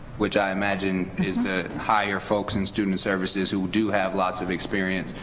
which i imagine is the higher folks in student services who do have lots of experience.